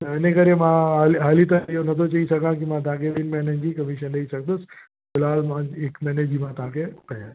त इन करे मां हा हाली त इहो न थो चई सघां की मां तव्हांखे ॿिनि महिननि जी कमीशन ॾई सघंदुसि फ़िलहाल मां हिकु महिने जी मां तव्हांखे कयां